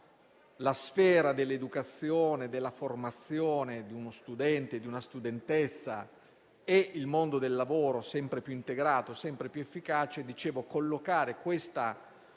la sfera dell'educazione e della formazione di uno studente o di una studentessa e il mondo del lavoro sempre più integrato ed efficace, è una scelta